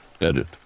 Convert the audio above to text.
Edit